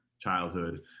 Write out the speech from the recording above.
childhood